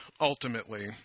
ultimately